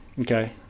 Okay